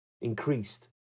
increased